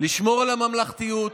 לשמור על הממלכתיות,